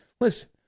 listen